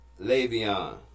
Le'Veon